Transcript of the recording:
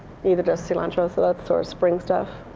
neither does cilantro, so that's sort of spring stuff.